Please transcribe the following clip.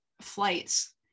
flights